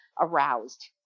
aroused